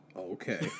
Okay